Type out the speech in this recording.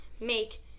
make